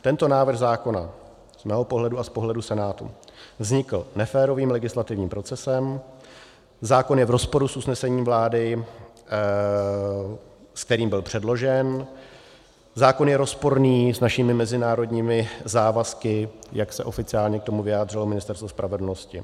Tento návrh zákona z mého pohledu a z pohledu Senátu vznikl neférovým legislativním procesem, zákon je v rozporu s usnesením vlády, s kterým byl předložen, zákon je rozporný s našimi mezinárodními závazky, jak se oficiálně k tomu vyjádřilo Ministerstvo spravedlnosti.